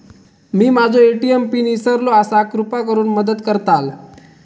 मी माझो ATM pin इसरलो आसा कृपा करुन मदत करताल